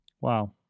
Wow